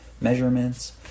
measurements